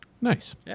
Nice